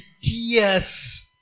tears